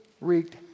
wreaked